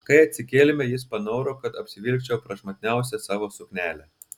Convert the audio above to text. kai atsikėlėme jis panoro kad apsivilkčiau prašmatniausią savo suknelę